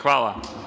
Hvala.